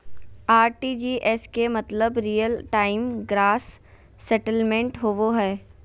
RTGS के मतलब real time gross settlement होबो हय